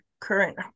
current